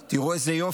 תראו איזה יופי,